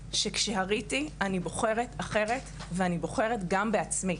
שכשהריתי, אני אבחר אחרת ואני אבחר גם בעצמי.